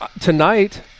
tonight